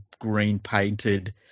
green-painted